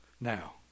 Now